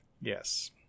Yes